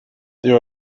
there